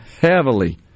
heavily